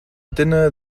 dinner